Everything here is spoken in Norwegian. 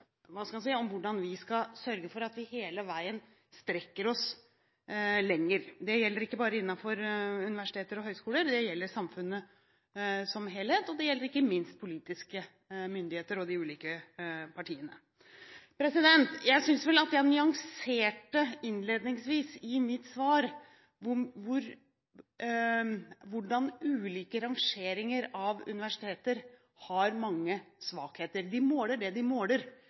hva skal en si – hvordan vi skal sørge for at vi hele veien strekker oss lenger. Det gjelder ikke bare innenfor universiteter og høyskoler. Det gjelder samfunnet som helhet, og det gjelder ikke minst politiske myndigheter og de ulike partiene. Jeg synes vel at jeg nyanserte innledningsvis i mitt svar hvordan ulike rangeringer av universiteter har mange svakheter. De måler det de måler,